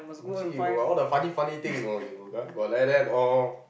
you see you got all the funny funny thing you know you ah got like that all